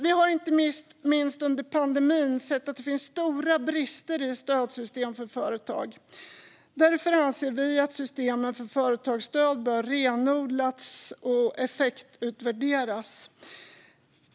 Vi har inte minst under pandemin sett att det finns stora brister i stödsystemen för företag. Därför anser vi att systemen för företagsstöd bör renodlas och effektutvärderas.